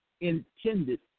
intended